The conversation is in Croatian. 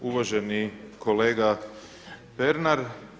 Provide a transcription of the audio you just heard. Uvaženi kolega Pernar.